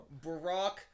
Barack